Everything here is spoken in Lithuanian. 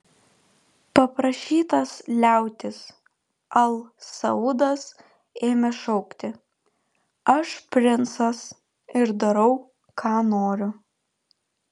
paprašytas liautis al saudas ėmė šaukti aš princas ir darau ką noriu